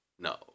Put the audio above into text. No